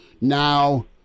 now